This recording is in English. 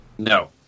No